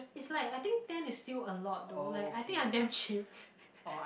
it's like I think ten is still a lot though like I think I'm damn cheap